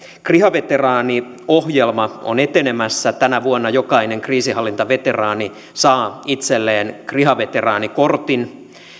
kriha veteraaniohjelma on etenemässä tänä vuonna jokainen kriisinhallintaveteraani saa itselleen kriha veteraanikortin